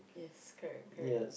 yes correct correct